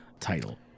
Title